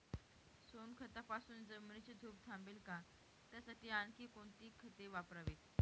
सोनखतापासून जमिनीची धूप थांबेल का? त्यासाठी आणखी कोणती खते वापरावीत?